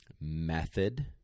method